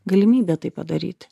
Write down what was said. galimybė tai padaryti